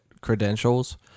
credentials